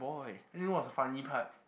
and you know what's the funny part